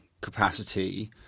capacity